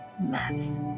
mess